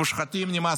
מושחתים, נמאסתם.